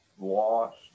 lost